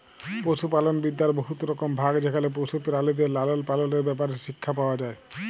পশুপালল বিদ্যার বহুত রকম ভাগ যেখালে পশু পেরালিদের লালল পাললের ব্যাপারে শিখ্খা পাউয়া যায়